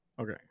Okay